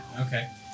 Okay